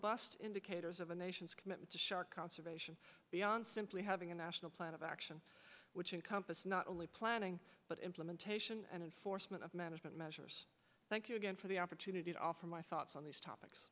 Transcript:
bust indicators of a nation's commitment to shark conservation beyond simply having a national plan of action which encompass not only planning but implementation and forstmann of management measures thank you again for the opportunity to offer my thoughts on these topics